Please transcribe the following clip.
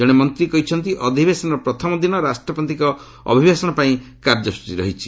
ଜଣେ ମନ୍ତ୍ରୀ କହିଛନ୍ତି ଅଧିବେଶନର ପ୍ରଥମ ଦିନ ରାଷ୍ଟ୍ରପତିଙ୍କ ଅଭିଭାଷଣ ପାଇଁ କାର୍ଯ୍ୟସ୍ଚୀ ରହିଛି